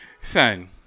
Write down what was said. Son